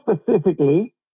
specifically